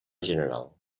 general